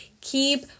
Keep